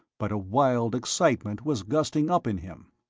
but a wild excitement was gusting up in him.